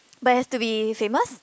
but it has to be famous